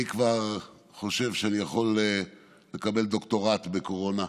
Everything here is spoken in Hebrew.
אני כבר חושב שאני יכול לקבל דוקטורט בקורונה.